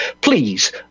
Please